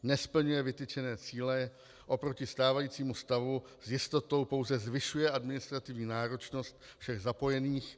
Nesplňuje vytyčené cíle, oproti stávajícímu stavu s jistotou pouze zvyšuje administrativní náročnost všech zapojených.